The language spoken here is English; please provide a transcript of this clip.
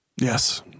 Yes